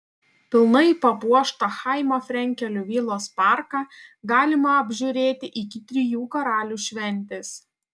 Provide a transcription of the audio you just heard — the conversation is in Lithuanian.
pilnai papuoštą chaimo frenkelio vilos parką galima apžiūrėti iki trijų karalių šventės